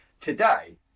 today